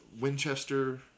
Winchester